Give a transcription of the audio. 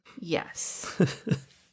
yes